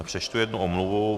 Přečtu jednu omluvu.